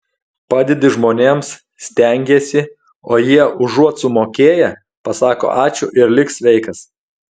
padedi žmonėms stengiesi o jie užuot sumokėję pasako ačiū ir lik sveikas